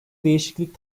değişiklik